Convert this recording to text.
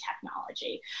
technology